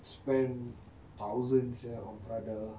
spend thousands err on prada